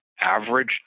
average